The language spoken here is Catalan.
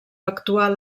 actual